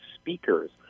speakers